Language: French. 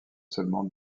seulement